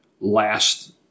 last